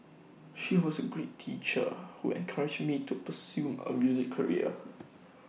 she was A great teacher who encouraged me to pursue A music career